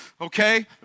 Okay